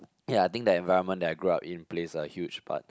ya I think the environment that I grew up in plays a huge part